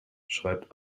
schreibt